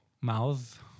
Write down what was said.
mouth